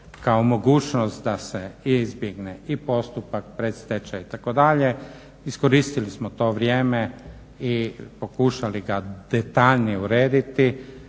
kao mogućost da se izbjegne i postupak predstečaja itd. Iskoristili smo to vrijeme i pokušali ga detaljnije urediti